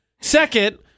Second